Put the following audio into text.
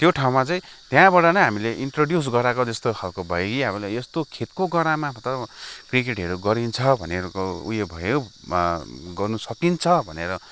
त्यो ठाउँमा चाहिँ त्यहाँबाट नै हामीले इन्टरड्युस गराएको जस्तो खालको जस्तो भयो कि अब हामीलाई यस्तो खेतको गरामा त क्रिकेटहरू गरिन्छ भन्ने खालको उयो भयो गर्नु सकिन्छ भनेर